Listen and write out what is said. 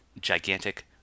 gigantic